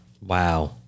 Wow